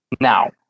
now